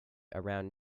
around